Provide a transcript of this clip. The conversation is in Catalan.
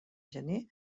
gener